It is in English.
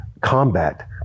combat